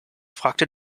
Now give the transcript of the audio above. fragte